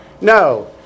No